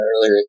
earlier